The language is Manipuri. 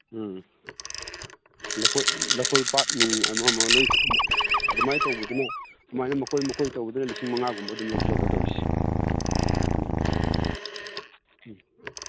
ꯎꯝ ꯂꯧꯀꯣꯏꯄꯥꯠ ꯅꯨꯡ ꯑꯃ ꯑꯃ ꯂꯣꯏ ꯑꯗꯨꯃꯥꯏ ꯇꯧꯕꯅ ꯑꯗꯨꯃꯥꯏ ꯃꯀꯣꯏ ꯃꯀꯣꯏ ꯇꯧꯕꯗꯨꯅ ꯂꯤꯁꯤꯡ ꯃꯉꯥꯒꯨꯝꯕ ꯑꯗꯨꯝ ꯂꯧꯖꯕ ꯇꯧꯔꯤꯁꯤ ꯎꯝ ꯎꯝ